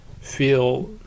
feel